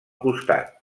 costat